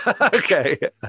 okay